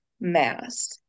mass